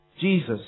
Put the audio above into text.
Jesus